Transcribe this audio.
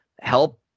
help